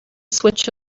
switch